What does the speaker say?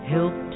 Help